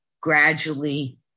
gradually